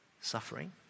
suffering